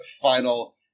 final